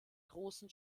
großen